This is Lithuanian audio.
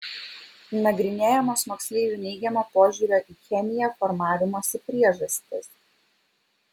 nagrinėjamos moksleivių neigiamo požiūrio į chemiją formavimosi priežastys